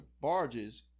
barges